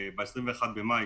ב-21 במאי,